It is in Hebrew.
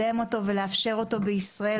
כך גם חוקרים יבקשו רישיון,